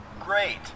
Great